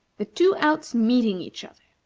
the two outs meeting each other.